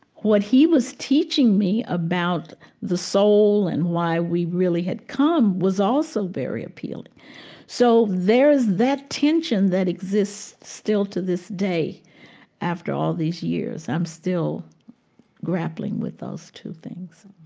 what he was teaching me about the soul and why we really had come was also very appealing so there's that tension that exists still to this day after all these years. i'm still grappling with those two things